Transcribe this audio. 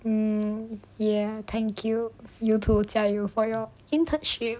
mm ya thank you you too 加油 for your internship